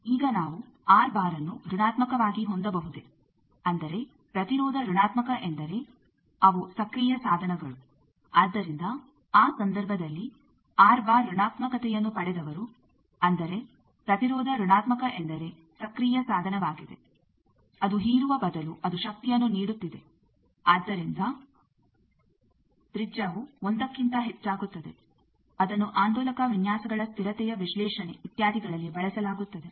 ಈಗ ನಾವು ಅನ್ನು ಋಣಾತ್ಮಕವಾಗಿ ಹೊಂದಬಹುದೇ ಅಂದರೆ ಪ್ರತಿರೋಧ ಋಣಾತ್ಮಕ ಎಂದರೆ ಅವು ಸಕ್ರೀಯ ಸಾಧನಗಳು ಆದ್ದರಿಂದ ಆ ಸಂದರ್ಭದಲ್ಲಿ ಋಣಾತ್ಮಕತೆಯನ್ನು ಪಡೆದವರು ಅಂದರೆ ಪ್ರತಿರೋಧ ಋಣಾತ್ಮಕ ಎಂದರೆ ಸಕ್ರೀಯ ಸಾಧನವಾಗಿದೆ ಅದು ಹೀರುವ ಬದಲು ಅದು ಶಕ್ತಿಯನ್ನು ನೀಡುತ್ತಿದೆ ಆದ್ದರಿಂದ ತ್ರಿಜ್ಯವು 1ಕ್ಕಿಂತ ಹೆಚ್ಚಾಗುತ್ತದೆ ಅದನ್ನು ಆಂದೋಲಕ ವಿನ್ಯಾಸಗಳ ಸ್ಥಿರತೆಯ ವಿಶ್ಲೇಷಣೆ ಇತ್ಯಾದಿಗಳಲ್ಲಿ ಬಳಸಲಾಗುತ್ತದೆ